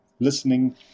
listening